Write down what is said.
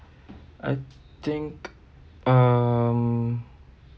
I think um